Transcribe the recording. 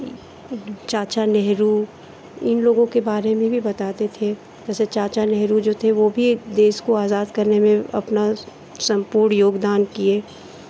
चाचा नेहरू इन लोगों के बारे में भी बताते थे जैसे चाचा नेहरू जो थे वो भी देश को आज़ाद करने में अपना सम्पूर्ण योगदान किए